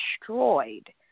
destroyed